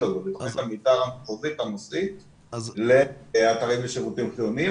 המתאר המחוזית הנושאית לאתרים לשירותים חיוניים.